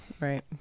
right